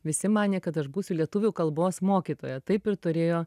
visi manė kad aš būsiu lietuvių kalbos mokytoja taip ir turėjo